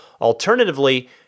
Alternatively